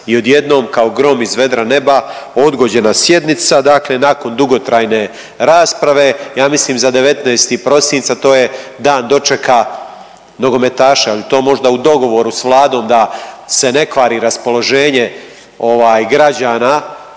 i odjednom kao grom iz vedra neba odgođena sjednica dakle nakon dugotrajne rasprave ja mislim za 19. prosinca, to je dan dočeka nogometaša, je li to možda u dogovoru s Vladom da se ne kvari raspoloženje ovaj građana,